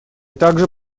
также